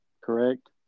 correct